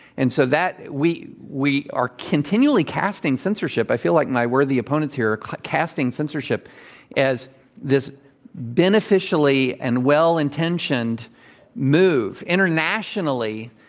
and so that we we are continually casting censorship. i feel like my worthy opponents here are casting censorship as this beneficially and well-intentioned move. internationally,